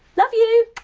love you!